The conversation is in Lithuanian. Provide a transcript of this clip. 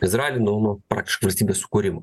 izraelyje nu nuo praktiškai valstybės sukūrimo